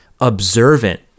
observant